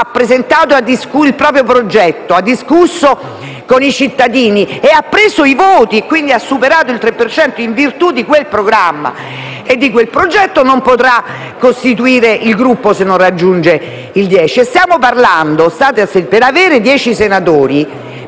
propri programmi ed il proprio progetto, ha discusso con i cittadini e ha preso i voti, quindi ha superato il 3 per cento, in virtù di quel programma e di quel progetto, non potrà costituire il Gruppo se non raggiunge i dieci componenti laddove per avere dieci senatori,